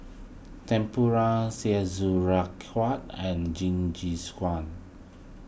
Tempura and Jingisukan